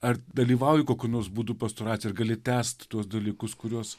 ar dalyvauji kokiu nors būdu pastoraciją gali tęsti tuos dalykus kuriuos